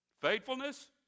Faithfulness